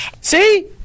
see